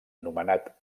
nomenat